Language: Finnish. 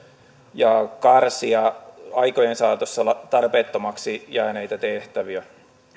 ja karsia aikojen saatossa tarpeettomiksi jääneitä tehtäviä